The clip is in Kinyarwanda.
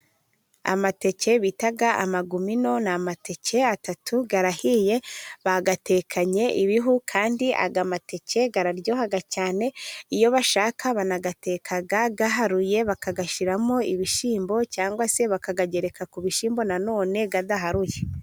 Amateke bita amagumino ni amateke atatu arahiye, bayatekanye ibihu kandi aya mateke araryoha cyane, iyo bashaka banayateka aharuye bakayashyiramo ibishyimbo, cyangwa se bakayagereka ku bishyimbo na none adaharuye.